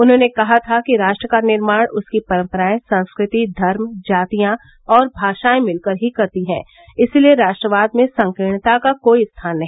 उन्होंने कहा था कि राष्ट्र का निर्माण उसकी परम्पराएं संस्कृति धर्म जातियां और भाषाएं मिलकर ही करती हैं इसलिए राष्ट्रवाद में संकीर्णता का कोई स्थान नहीं